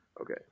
Okay